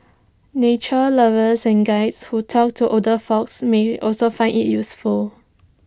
nature lovers and Guides who talk to older folk may also find IT useful